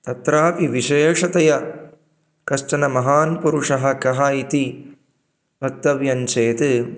तत्रापि विशेषतया कश्चन महान् पुरुषः कः इति वक्तव्यं चेत्